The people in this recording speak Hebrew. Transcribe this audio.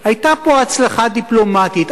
היתה פה הצלחה דיפלומטית.